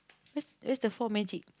that's that's the full magic